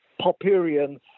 popperian